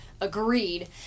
agreed